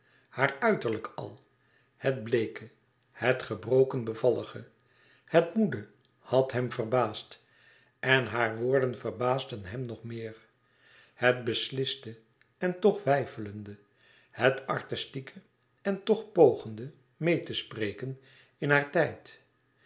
haar uiterlijk al het bleeke het gebroken bevallige het moede had hem verbaasd en hare woorden verbaasden hem nog meer het besliste en toch weifelende het artistieke en toch pogende meê te spreken in haar tijd